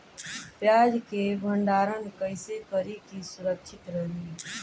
प्याज के भंडारण कइसे करी की सुरक्षित रही?